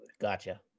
Gotcha